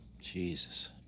Jesus